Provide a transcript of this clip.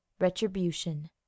RETribution